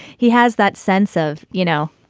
he has that sense of, you know.